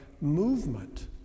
movement